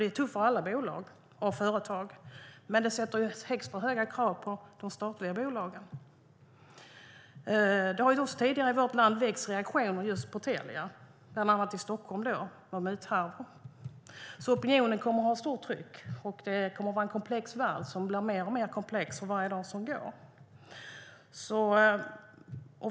Det är tufft för alla bolag och företag, men det ställer extra höga krav på de statliga bolagen. Telia har tidigare väckt reaktioner i vårt land, bland annat i Stockholm när det gäller muthärvor. Det kommer att vara stort tryck från opinionen, och världen blir bara mer och mer komplex för varje dag som går.